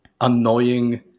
annoying